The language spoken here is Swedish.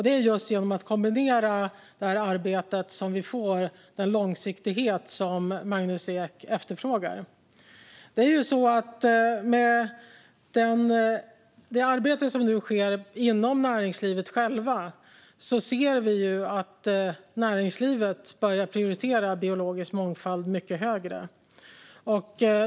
Det är just genom att kombinera det arbetet som vi får den långsiktighet som Magnus Ek efterfrågar. Vi ser nu att näringslivet själva börjar prioritera biologisk mångfald mycket högre i sitt eget arbete.